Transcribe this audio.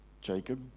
Jacob